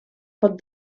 pot